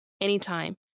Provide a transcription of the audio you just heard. anytime